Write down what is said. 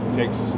takes